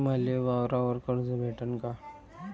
मले वावरावर कर्ज भेटन का?